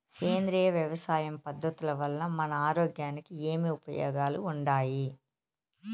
సేంద్రియ వ్యవసాయం పద్ధతుల వల్ల మన ఆరోగ్యానికి ఏమి ఉపయోగాలు వుండాయి?